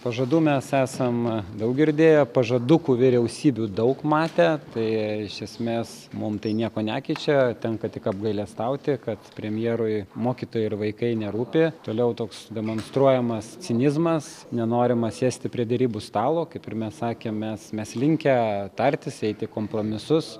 pažadų mes esam daug girdėję pažadukų vyriausybių daug matę tai iš esmės mum tai nieko nekeičia tenka tik apgailestauti kad premjerui mokytojai ir vaikai nerūpi toliau toks demonstruojamas cinizmas nenorima sėsti prie derybų stalo kaip ir mes sakėm mes mes linkę tartis eiti kompromisus